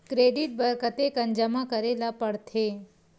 Credit बर कतेकन जमा करे ल पड़थे?